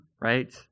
right